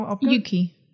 Yuki